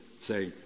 say